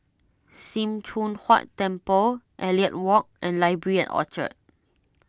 Sim Choon Huat Temple Elliot Walk and Library at Orchard